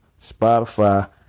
Spotify